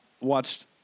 Watched